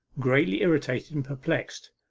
greatly irritated and perplexed.